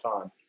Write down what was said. time